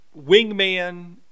wingman